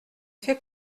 fait